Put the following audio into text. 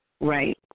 Right